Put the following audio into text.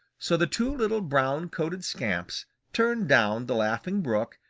so the two little brown-coated scamps turned down the laughing brook,